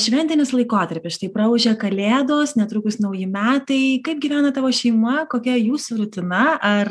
šventinis laikotarpis štai praūžė kalėdos netrukus nauji metai kaip gyvena tavo šeima kokia jūsų rutina ar